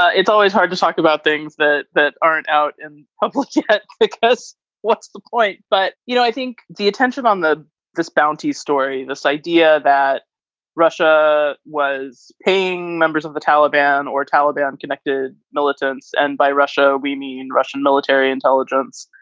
it's always hard to talk about things that that aren't out in public yeah ah because what's the point? but, you know, i think the attention on the bounty story, this idea that russia was paying members of the taliban or taliban connected militants, and by russia, we mean russian military intelligence.